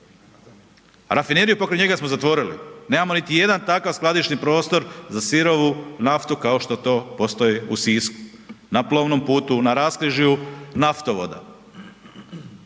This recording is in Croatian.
Rafineriju pokraj njega smo zatvorili, nemamo niti jedan takav skladišni prostor za sirovu naftu kao što to postoji u Sisku na plovnom putu, na raskrižju naftovoda.